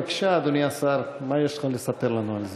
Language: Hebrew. בבקשה, אדוני השר, מה יש לך לספר לנו על זה?